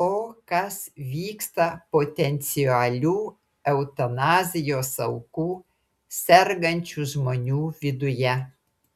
o kas vyksta potencialių eutanazijos aukų sergančių žmonių viduje